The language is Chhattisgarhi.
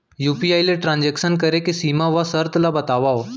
यू.पी.आई ले ट्रांजेक्शन करे के सीमा व शर्त ला बतावव?